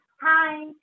Hi